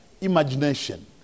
imagination